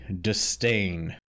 disdain